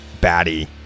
batty